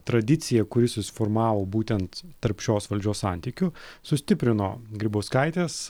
tradicija kuri susiformavo būtent tarp šios valdžios santykių sustiprino grybauskaitės